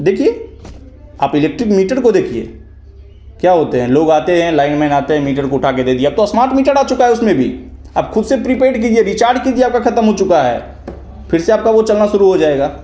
देखिए आप electric meter को देखिए क्या होता है लोग आते हैं लाइन में मीटर को उठा कर दे दिया अब तो स्मार्ट मीटर आ चूका है उसमें भी आप ख़ुद से प्रीपेड किजिए रिचार्ज कीजिए अगर ख़त्म हो चूका है फिर से आपका वो चलना शुरू हो जाएगा